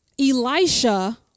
Elisha